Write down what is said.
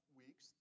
weeks